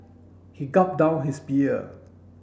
he gulped down his beer